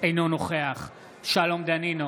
אינו נוכח שלום דנינו,